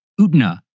Utina